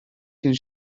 cyn